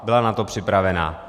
Byla na to připravena.